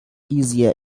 easier